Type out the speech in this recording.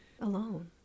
Alone